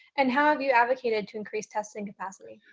and how have you advocated to increase testing capacity?